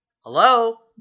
Hello